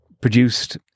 produced